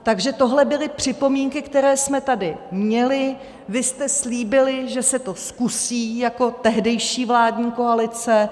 Takže tohle byly připomínky, které jsme tady měli, vy jste slíbili, že se to zkusí, jako tehdejší vládní koalice.